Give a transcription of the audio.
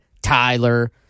Tyler